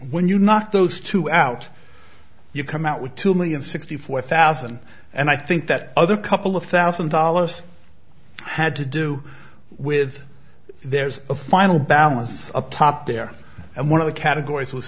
when you knock those two out you come out with two million sixty four thousand and i think that other couple of thousand dollars had to do with there's a final balance up top there and one of the categories was